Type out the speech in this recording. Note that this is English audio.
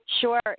Sure